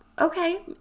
Okay